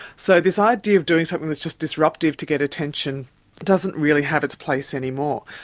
so this idea of doing something that's just disruptive to get attention doesn't really have its place anymore.